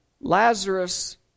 Lazarus